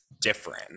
different